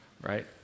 right